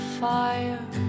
fire